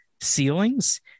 ceilings